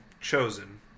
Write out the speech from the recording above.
chosen